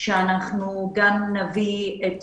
שאנחנו גם נביא את